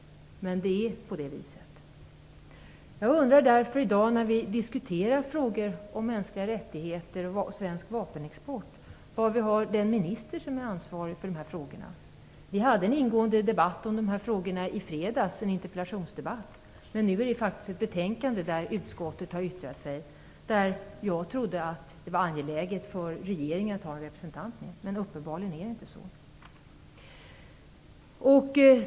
Jag undrar var vi har den minister som är ansvarig för de här frågorna i dag när vi diskuterar frågor om mänskliga rättigheter och svensk vapenexport. Vi hade en ingående interpellationsdebatt om de här frågorna i fredags, men nu behandlar vi faktiskt ett betänkande där utskottet har yttrat sig. Jag trodde att det var angeläget för regeringen att ha en representant med här, men uppenbarligen är det inte så.